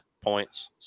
points